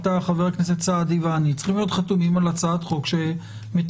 חבר הכנסת סעדי ואני צריכים להיות חתומים על הצעת חוק שמתקנת